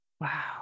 Wow